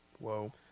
Whoa